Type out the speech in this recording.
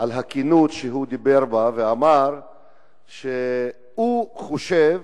על הכנות שהוא דיבר בה ואמר שהוא חושב